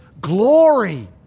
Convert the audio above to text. glory